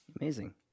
Amazing